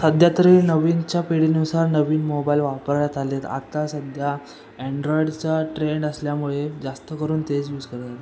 सध्या तरी नवीनच्या पिढीनुसार नवीन मोबाईल वापरात आलेत आत्ता सध्या अँड्रॉईडचा ट्रेंड असल्यामुळे जास्त करून तेच यूज करतात